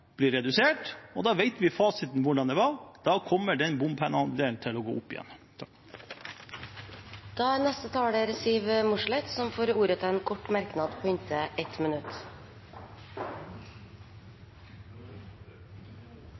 blir redusert, og da vet vi fasiten på hvordan det var – da kommer den bompengeandelen til å gå opp igjen. Representanten Siv Mossleth har hatt ordet to ganger tidligere og får ordet til en kort merknad, begrenset til 1 minutt.